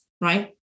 right